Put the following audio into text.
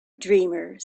dreamer